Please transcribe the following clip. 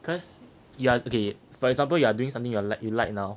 cause yeah okay for example you are doing something you're like you like now